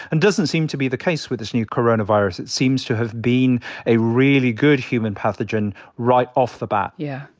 and it doesn't seem to be the case with this new coronavirus. it seems to have been a really good human pathogen right off the bat. yeah.